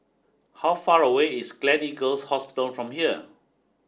how far away is Gleneagles Hospital from here